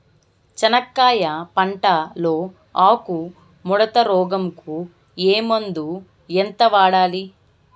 చెనక్కాయ పంట లో ఆకు ముడత రోగం కు ఏ మందు ఎంత వాడాలి?